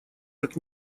как